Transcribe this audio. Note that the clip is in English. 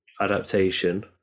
adaptation